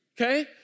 okay